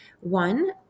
One